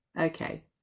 okay